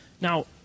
Now